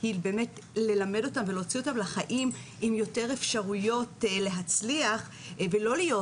היא באמת ללמד אותם ולהוציא אותם לחיים עם יותר אפשרויות להצליח ולא להיות